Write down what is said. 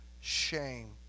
shame